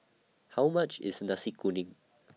How much IS Nasi Kuning